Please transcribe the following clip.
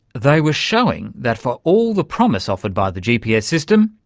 they were showing that for all the promise offered by the gps system,